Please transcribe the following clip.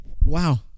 wow